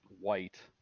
white